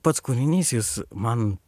pats kūrinys jis man